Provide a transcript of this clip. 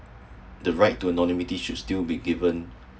the right to anonymity should still be given